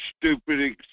stupid